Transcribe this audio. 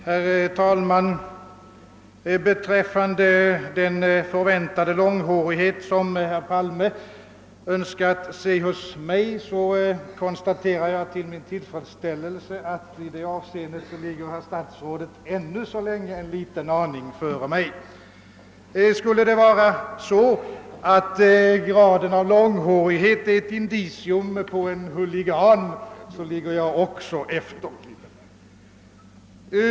Herr talman! Beträffande den förväntade långhårighet som herr Palme önskade se hos mig konstaterar jag till min tillfredsställelse, att i det avseendet ligger herr statsrådet ännu så länge en liten aning före mig. Skulle det vara så, att graden av långhårighet är ett indicium på en huligan, så ligger jag också efter.